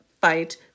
fight